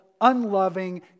unloving